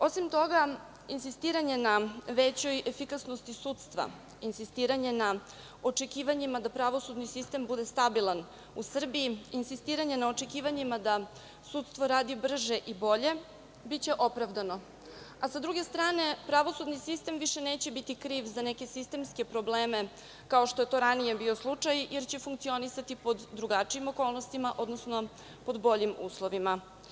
Osim toga insistiranje na većoj efikasnosti sudstva, insistiranje na očekivanjima da pravosudni sistem bude stabilan u Srbiji, insistiranje na očekivanjima da sudstvo radi brže i bolje, biće opravdano, a sa druge strane pravosudni sistem više neće biti kriv za neke sistemske probleme kao što je to ranije bio slučaj, jer će funkcionisati pod drugačijim okolnostima, odnosno pod boljim uslovima.